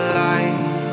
light